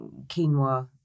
quinoa